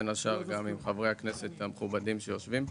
בין השאר גם עם חברי הכנסת המכובדים שיושבים כאן.